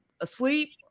asleep